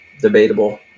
debatable